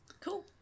Cool